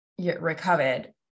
recovered